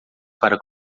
para